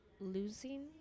losing